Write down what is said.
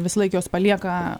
visąlaik juos palieka